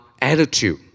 attitude